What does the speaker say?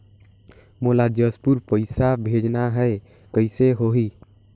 मोला जशपुर पइसा भेजना हैं, कइसे होही?